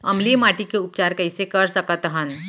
अम्लीय माटी के उपचार कइसे कर सकत हन?